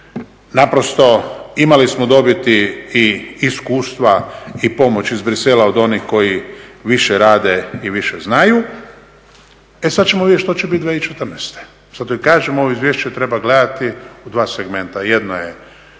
naprosto imali smo dobiti i iskustva i pomoć iz Brisela od onih koji više rade i više znaju, e sada ćemo vidjeti što će biti 2014. Zato i kažem ovo izvješće treba gledati u dva segmenta, jedno je